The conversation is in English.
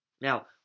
Now